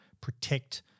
protect